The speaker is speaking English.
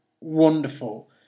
wonderful